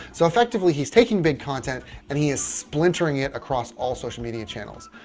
so effectively he's taking big content and he is splintering it across all social media channels,